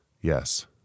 Yes